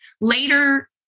later